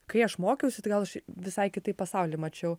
kai aš mokiausi tai gal aš visai kitaip pasaulį mačiau